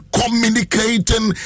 communicating